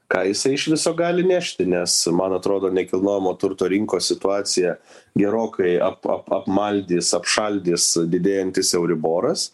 ką jisai iš viso gali nešti nes man atrodo nekilnojamo turto rinkos situacija gerokai ap ap apmaldys atšaldys didėjantis euriboras